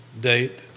date